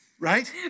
right